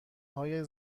های